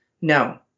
No